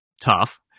tough